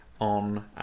on